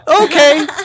okay